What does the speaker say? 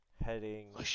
heading